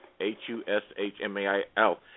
H-U-S-H-M-A-I-L